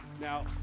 Now